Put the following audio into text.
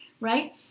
right